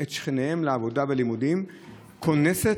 הכנסת,